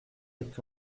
est